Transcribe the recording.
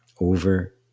over